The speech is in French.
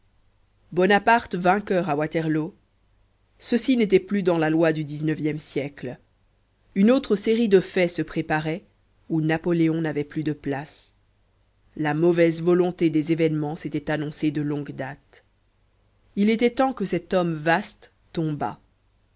bonaparte vainqueur à waterloo ceci n'était plus dans la loi du dix-neuvième siècle une autre série de faits se préparait où napoléon n'avait plus de place la mauvaise volonté des événements s'était annoncée de longue date il était temps que cet homme vaste tombât